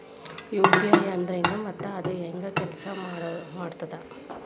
UPI ಅಂದ್ರೆನು ಮತ್ತ ಅದ ಹೆಂಗ ಕೆಲ್ಸ ಮಾಡ್ತದ